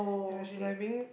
ya she's like being